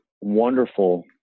wonderful